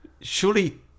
surely